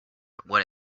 what